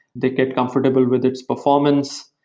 they get comfortable with its performance.